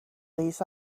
these